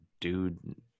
dude